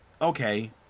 okay